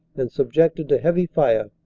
and subjected to heavy fire,